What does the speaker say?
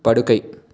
படுக்கை